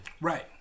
right